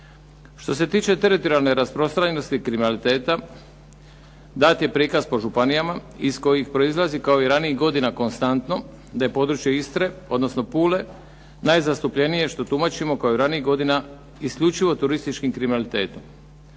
Što se tiče teritorijalne rasprostranjenosti i kriminaliteta dat je prikaz po županijama iz kojih proizlazi kao i ranijih godina konstantno da je područje Istre, odnosno Pule najzastupljenije što tumačimo kao i ranijih godina isključivo turističkim kriminalitetom.